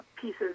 pieces